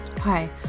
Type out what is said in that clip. Hi